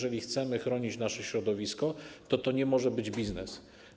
Jeżeli chcemy chronić nasze środowisko, to to nie może być biznes.